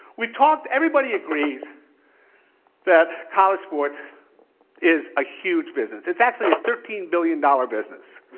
we've talked everybody agrees that college sports is a huge business. it's actually a thirteen billion dollars business,